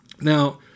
Now